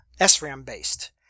SRAM-based